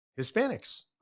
Hispanics